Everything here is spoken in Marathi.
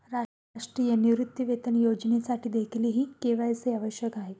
राष्ट्रीय निवृत्तीवेतन योजनेसाठीदेखील के.वाय.सी आवश्यक आहे